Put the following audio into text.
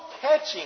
catching